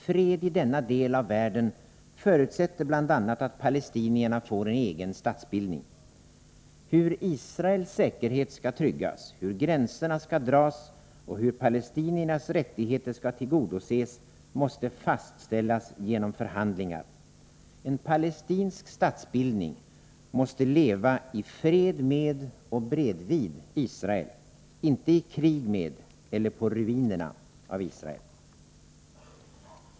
Fred i denna del av världen förutsätter bl.a. att palestinierna får en egen statsbildning. Hur Israels säkerhet skall tryggas, hur gränserna skall dras och hur palestiniernas rättigheter skall tillgodoses måste fastställas genom förhandlingar. En palestinsk statsbildning måste leva i fred med och bredvid Israel, inte i krig med eller på ruinerna av Israel.